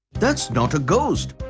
that's not a ghost.